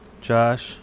Josh